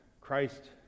Christ